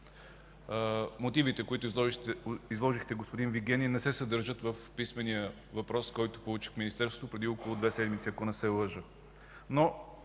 мотивите, които изложихте, господин Вигенин, не се съдържат в писмения въпрос, който получих в Министерството преди около две седмици, ако не се лъжа.